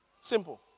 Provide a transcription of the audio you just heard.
Simple